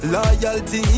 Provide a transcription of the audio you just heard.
Loyalty